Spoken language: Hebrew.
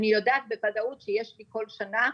אני יודעת בוודאות שיש לי כל שנה,